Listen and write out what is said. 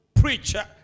preacher